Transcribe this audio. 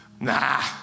Nah